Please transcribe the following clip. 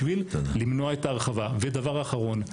בשביל למנוע את ההרחבה ודבר אחרון,